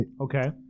Okay